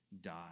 die